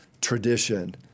tradition